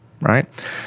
Right